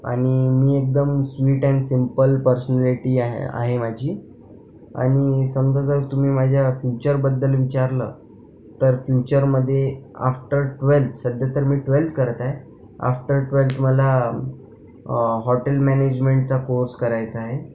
आणि मी एकदम स्वीट अँड सिम्पल पर्सनॅलिटी आहे आहे माझी आणि समजा जर तुम्ही माझ्या फ्युचरबद्दल विचारलं तर फ्युचरमध्ये आफ्टर ट्वेल्थ सध्या तर मी ट्वेल्थ करत आहे आफ्टर ट्वेल्थ मला हॉटेल मॅनेजमेंटचा कोर्स करायचा आहे